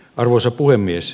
arvoisa puhemies